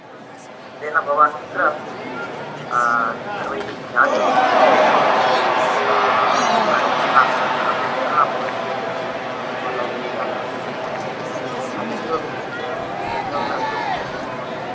तेन भवान् कुत्र अस्ति इति सर्वैः ज्ञायते यः कोपि अनूह्यः अनूह्यघटना भवति चेत् भवतः किं जातमित्यपि ज्ञायते अन्यदितोपि किं किं किमपि प्रष्टुमिच्छति महोदय